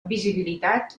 visibilitat